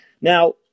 Now